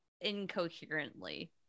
incoherently